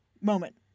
moment